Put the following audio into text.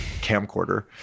camcorder